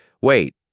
wait